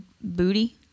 booty